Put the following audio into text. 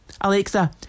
Alexa